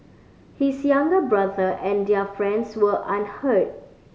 his younger brother and their friends were unhurt